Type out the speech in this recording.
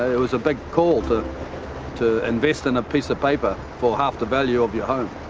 it was a big call to to invest in a piece of paper for half the value of your home.